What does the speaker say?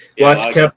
watch